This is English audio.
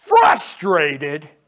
frustrated